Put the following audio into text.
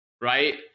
right